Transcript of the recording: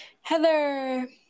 Heather